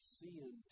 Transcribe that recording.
sin